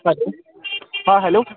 hello হ্যাঁ hello